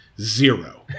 zero